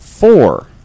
Four